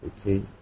okay